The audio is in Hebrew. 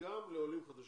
וגם לעולים חדשים.